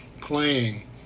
playing